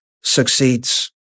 succeeds